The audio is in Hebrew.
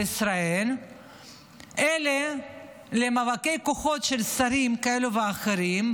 ישראל אלא למאבקי כוחות של שרים כאלה ואחרים,